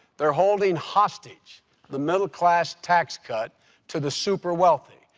they're holding hostage the middle-class tax cut to the super wealthy.